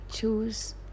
Choose